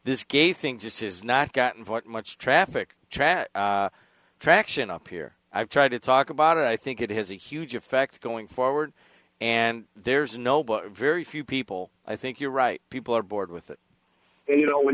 this gay thing just has not gotten much traffic traffic traction up here i've tried to talk about it i think it has a huge effect going forward and there's no but very few people i think you're right people are bored with it and you know when